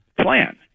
plan